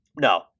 No